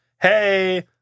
Hey